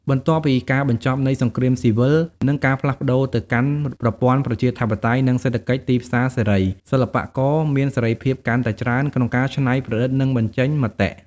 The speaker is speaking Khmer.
បន្ទាប់ពីការបញ្ចប់នៃសង្គ្រាមស៊ីវិល និងការផ្លាស់ប្តូរទៅកាន់ប្រព័ន្ធប្រជាធិបតេយ្យ និងសេដ្ឋកិច្ចទីផ្សារសេរី សិល្បករមានសេរីភាពកាន់តែច្រើនក្នុងការច្នៃប្រឌិត និងបញ្ចេញមតិ។